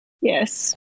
Yes